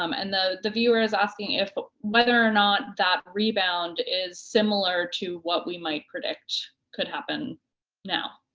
um and the the viewer is asking if whether or not that rebound is similar to what we might predict could happen now.